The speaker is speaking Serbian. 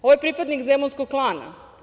Ovo je pripadnik Zemunskog klana.